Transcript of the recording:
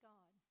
God